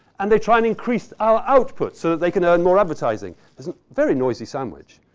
and they're trying to increase our output so that they can earn more advertising. that's a very noisy sandwich.